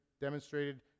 demonstrated